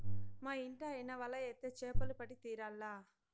మా ఇంటాయన వల ఏత్తే చేపలు పడి తీరాల్ల